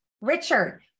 Richard